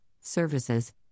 services